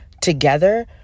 together